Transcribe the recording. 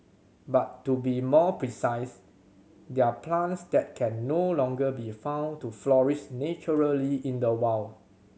but to be more precise they're plants that can no longer be found to flourish naturally in the wild